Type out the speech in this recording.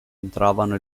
entravano